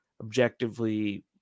objectively